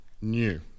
new